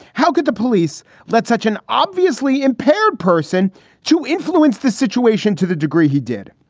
how could the police let such an obviously impaired person to influence the situation to the degree he did?